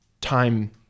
time